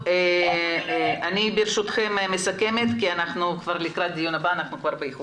אני ברשותכם מסכמת כי אנחנו באיחור לקראת הדיון הבא.